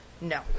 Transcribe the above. no